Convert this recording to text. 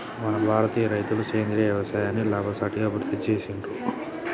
మన భారతీయ రైతులు సేంద్రీయ యవసాయాన్ని లాభసాటిగా అభివృద్ధి చేసిర్రు